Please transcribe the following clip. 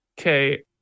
Okay